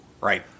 Right